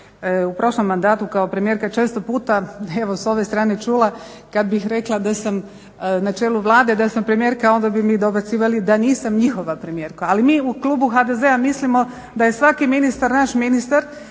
u prošlom mandatu kao premijerka često puta evo s ove strane čula kad bih rekla da sam na čelu Vlade, da sam premijerka onda bi mi dobacivali da nisam njihova premijerka. Ali mi u klubu HDZ-a mislimo da je svaki ministar naš ministar